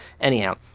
Anyhow